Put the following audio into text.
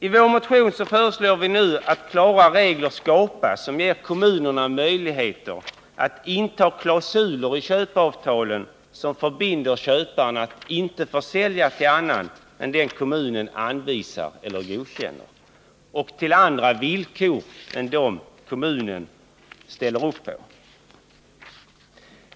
I vår motion föreslår vi att klara regler skapas som ger kommunerna jligheter att inta klausuler i köpeavtalen som förbinder köparen att inte försälja till annan än den kommunen anvisar eller godkänner och på andra villkor än de kommunen ställer upp på.